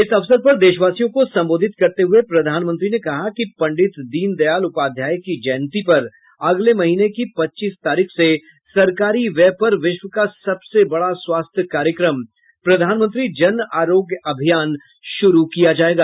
इस अवसर पर देशवासियों को संबोधित करते हुये प्रधानमंत्री ने कहा कि पंडित दीनदयाल उपाध्याय की जयंती पर अगले महीने की पच्चीस तारीख से सरकारी व्यय पर विश्व का सबसे बड़ा स्वास्थ्य कार्यक्रम प्रधानमंत्री जन आरोग्य अभियान शुरू किया जायेगा